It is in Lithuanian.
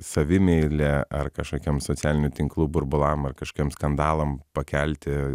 savimeilė ar kažkokiem socialinių tinklų burbulam ar kažkokiem skandalam pakelti